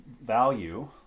value